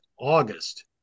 August